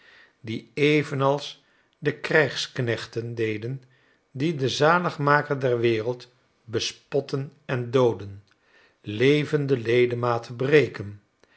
die evenals de krijgsknechten deden die den zaligmaker der wereld bespotten en doodden levende ledematen breken